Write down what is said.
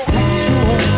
Sexual